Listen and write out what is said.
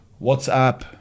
WhatsApp